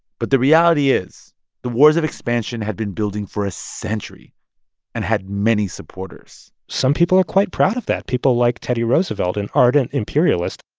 but the reality is the wars of expansion had been building for a century and had many supporters some people are quite proud of that. people like teddy roosevelt, an ardent imperialist,